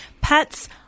Pets